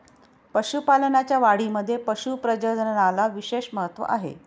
पशुपालनाच्या वाढीमध्ये पशु प्रजननाला विशेष महत्त्व आहे